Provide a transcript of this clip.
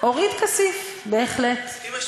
אורית כסיף, בהחלט.